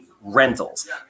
rentals